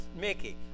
Mickey